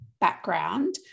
background